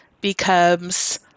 becomes